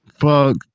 fuck